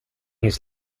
his